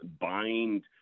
bind